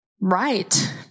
right